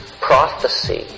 prophecy